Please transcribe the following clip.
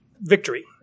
victory